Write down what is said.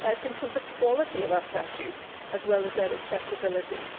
ah to improve the quality of our statutes as well as their accessibility.